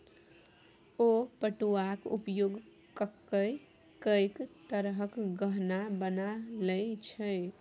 ओ पटुआक उपयोग ककए कैक तरहक गहना बना लए छै